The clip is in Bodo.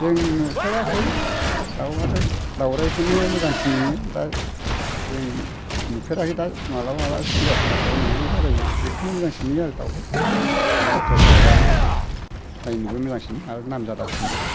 जों नुफेराखै दाउआथ' दाउराइखौनो मोजांसिन नुयो दा जों नुफेराखै दा माब्लाबा माब्लाबा सिरियाखानाफ्राव नुहैला बायो बेखौनो मोजांसिन नुयो आरो दाउखौ दाउनि बिथोराव दाउरायानो नायनोबो मोजांसिन आरो नाम जादासिनबो